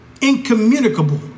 Incommunicable